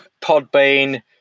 Podbean